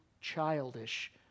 childish